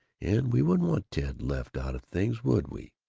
and we wouldn't want ted left out of things would we?